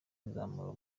kuzamura